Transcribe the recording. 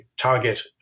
target